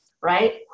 right